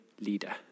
leader